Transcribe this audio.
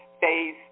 Phase